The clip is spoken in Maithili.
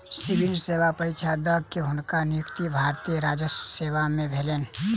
सिविल सेवा परीक्षा द के, हुनकर नियुक्ति भारतीय राजस्व सेवा में भेलैन